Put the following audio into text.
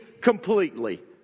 completely